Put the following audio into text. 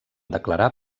declarar